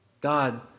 God